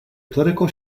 political